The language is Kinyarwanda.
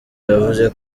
yavuze